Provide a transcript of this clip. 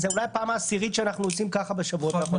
זו אולי הפעם העשירית שאנחנו עושים ככה בשבועות האחרונים.